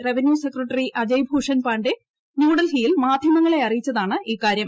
revenue secretary Ajay Bhushan Pandey ന്യൂഡൽഹിയിൽ മാധ്യമങ്ങളെ അറിയിച്ചതാണ് ഇക്കാര്യം